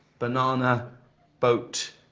banana boat